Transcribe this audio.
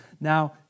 Now